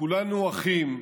כולנו אחים,